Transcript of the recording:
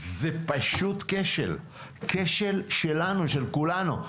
זה פשוט כשל של כולנו.